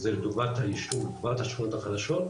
זה לטובת היישוב ולטובת השכונות החדשות,